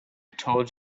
told